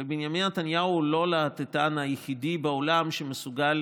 ובנימין נתניהו הוא לא הלהטוטן היחידי בעולם שמסוגל